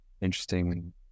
interesting